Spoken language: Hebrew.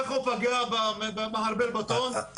איך הוא פגע במערבל בטון,